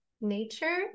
nature